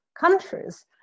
countries